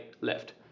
left